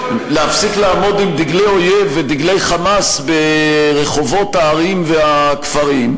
להפסיק לעמוד עם דגלי אויב ודגלי "חמאס" ברחובות הערים והכפרים.